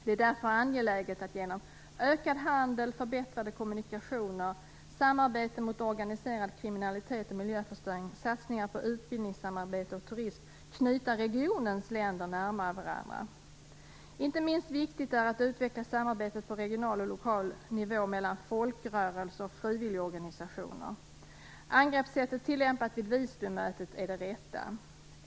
Det är därför angeläget att genom ökad handel, förbättrade kommunikationer, samarbete mot organiserad kriminalitet och miljöförstöring, satsningar på utbildningssamarbete och turism knyta regionens länder närmare varandra. Inte minst viktigt är att utveckla samarbetet på regional och lokal nivå mellan folkrörelser och frivilligorganisationer. Angreppssättet som tillämpades vid Visbymötet är det rätta.